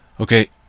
okay